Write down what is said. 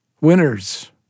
winners